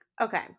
okay